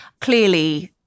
Clearly